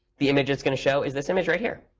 the image it's going to show is this image right here.